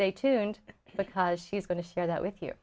they tuned because she's going to share that with you